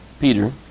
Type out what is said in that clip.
Peter